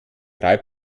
drei